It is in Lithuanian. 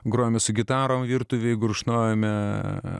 grojome su gitarom virtuvėje gurkšnojome